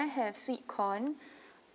I have sweet corn